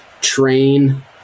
train